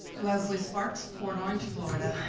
leslie sparks, port orange florida.